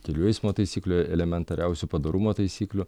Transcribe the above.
kelių eismo taisyklių elementariausių padorumo taisyklių